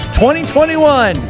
2021